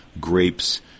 grapes